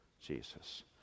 Jesus